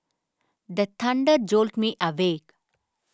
the thunder jolt me awake